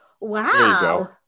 Wow